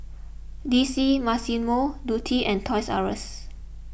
D C Massimo Dutti and Toys R Us